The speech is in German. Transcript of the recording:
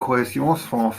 kohäsionsfonds